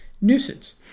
nuisance